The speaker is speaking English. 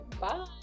bye